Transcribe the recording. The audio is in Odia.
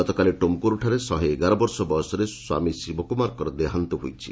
ଗତକାଲି ଟୁମ୍କୁର୍ଠାରେ ଶହେ ଏଗାରବର୍ଷ ବୟସରେ ସ୍ୱାମୀ ଶିବକୁମାରଙ୍କର ଦେହାନ୍ତ ହୋଇଛି